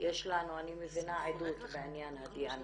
יש לנו אני מבינה עדות בעניין הדנ"א.